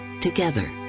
together